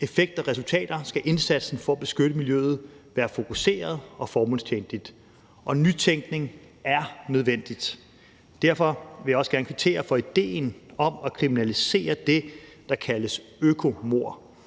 effekt og resultater skal indsatsen for at beskytte miljøet være fokuseret og formålstjenligt, og nytænkning er nødvendig. Derfor vil jeg også gerne kvittere for idéen om at kriminalisere det, der kaldes økomord.